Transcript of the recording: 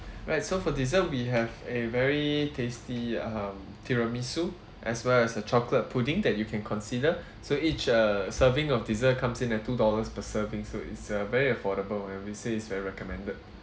alright so for dessert we have a very tasty um tiramisu as well as a chocolate pudding that you can consider so each uh serving of dessert comes in at two dollars per serving so it's uh very affordable and we say it's very recommended